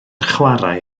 chwarae